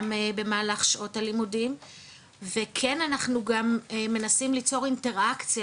גם במהלך שעות הלימודים וכן אנחנו גם מנסים ליצור אינטראקציה,